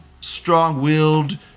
strong-willed